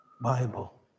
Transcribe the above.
Bible